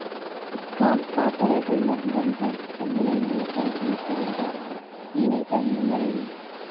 కా కార్పోరేటోళ్లు దాంట్ల సభ్యులైనోళ్లకే అప్పులిత్తరంట, నేనైతే మెంబరైన